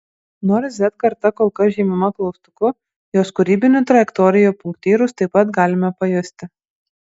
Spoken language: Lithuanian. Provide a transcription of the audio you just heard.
nors z karta kol kas žymima klaustuku jos kūrybinių trajektorijų punktyrus taip pat galime pajusti